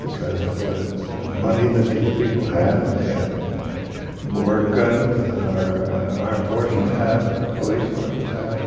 because of ah the money that these people have. they have more guns than our armed forces have, and our police forces have.